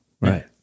Right